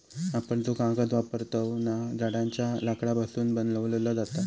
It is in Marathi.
आपण जो कागद वापरतव ना, झाडांच्या लाकडापासून बनवलो जाता